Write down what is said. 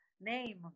name